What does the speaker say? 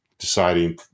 deciding